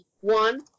one